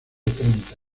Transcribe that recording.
treinta